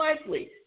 likely